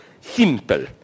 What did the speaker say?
simple